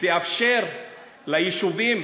תאפשר ליישובים